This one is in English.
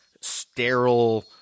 sterile